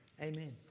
Amen